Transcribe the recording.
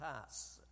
pass